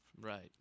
Right